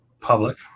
public